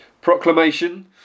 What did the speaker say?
proclamation